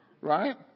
right